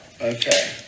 okay